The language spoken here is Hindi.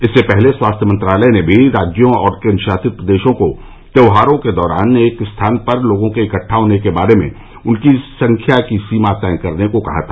इससे पहले स्वास्थ्य मंत्रालय ने भी राज्यों और केंद्रशासित प्रदेशों को त्यौहारों के दौरान एक स्थान पर लोगों के इकट्ठा होने के बारे में उनकी संख्या की सीमा तय करने को कहा था